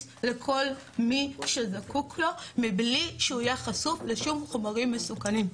לכל מי שזקוק לו מבלי שהוא יהיה חשוף לשום חומרים מסוכנים.